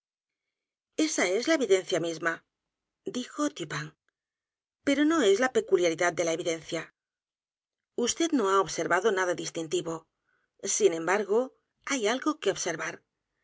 esa es la evidencia misma dijo dupin pero no es la peculiaridad de la evidencia vd no h a observado nada distintivo sin embargo hay algo que observar